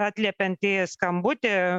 atliepiant į skambutį